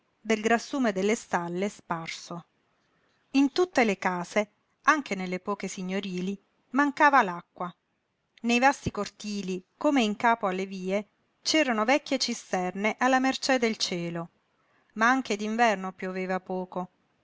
del grassume delle stalle sparso in tutte le case anche nelle poche signorili mancava l'acqua nei vasti cortili come in capo alle vie c'erano vecchie cisterne alla mercé del cielo ma anche d'inverno pioveva poco